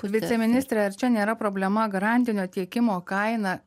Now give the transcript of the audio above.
viceministre ar čia nėra problema garantinio tiekimo kaina